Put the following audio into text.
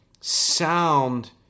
sound